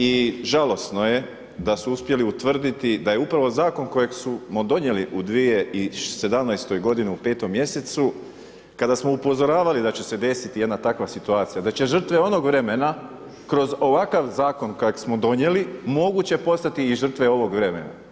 I žalosno je da su uspjeli utvrditi da je upravo zakon kojeg smo donijeli u 2017. godini u petom mjesecu kada smo upozoravali da će se desiti jedna takva situacija, da će žrtve onog vremena kroz ovakav zakon kojeg smo donijeli, moguće postati i žrtve ovog vremena.